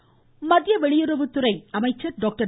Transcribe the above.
ஜெய்சங்கர் மத்திய வெளியுறவுத்துறை அமைச்சர் டாக்டர்